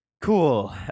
cool